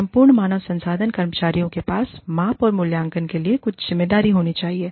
संपूर्ण मानव संसाधन कर्मचारियों के पास माप और मूल्यांकन के लिए कुछ ज़िम्मेदारी होनी चाहिए